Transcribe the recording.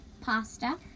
Pasta